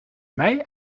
mij